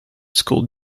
school